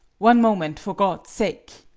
one moment, for god's sake!